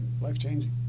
life-changing